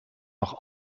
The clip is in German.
noch